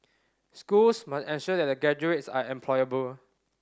schools must ensure that their graduates are employable